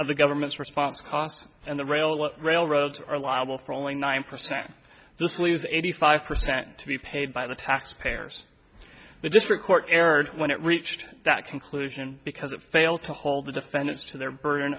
of the government's response costs and the rail what railroads are liable for only nine percent this leaves eighty five percent to be paid by the taxpayers the district court erred when it reached that conclusion because it failed to hold the defendants to their burden